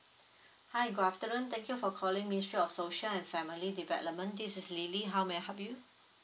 hi good afternoon thank you for calling ministry of social and family development this is lily how may I help you